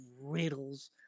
riddles